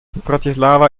bratislava